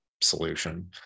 solution